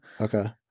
Okay